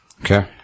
Okay